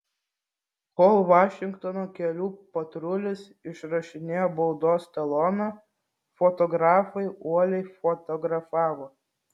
kol vašingtono kelių patrulis išrašinėjo baudos taloną fotografai uoliai fotografavo